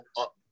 up